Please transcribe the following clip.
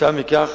כתוצאה מכך,